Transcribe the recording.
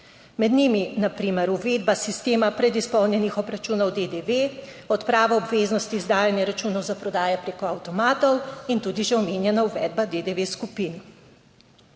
med njimi na primer uvedba sistema predizpolnjenih obračunov DDV, odpravo obveznosti izdajanja računov za prodajo preko avtomatov in tudi že omenjena uvedba DDV skupin.